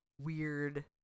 weird